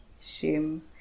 shame